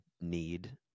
need